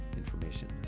Information